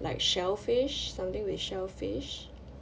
like shellfish something with shellfish